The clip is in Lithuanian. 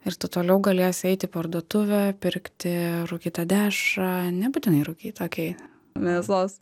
ir toliau galėsi eit į parduotuvę pirkti rūkytą dešrą nebūtinai rūkytą okei mėsos